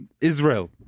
Israel